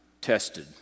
tested